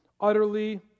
utterly